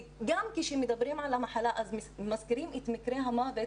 וגם כשמדברים על המחלה אז מזכירים את מקרי המוות